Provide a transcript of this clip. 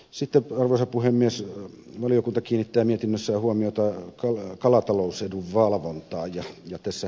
sitten arvoisa puhemies valiokunta kiinnittää mietinnössään huomiota kalatalousedun valvontaan